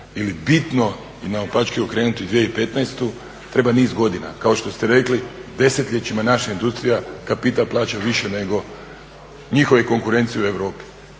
ili bitno naopačke okrenuti 2015. treba niz godina. Kao što ste rekli desetljećima naša industrija kapital plaća više nego njihovi konkurencije u Europi.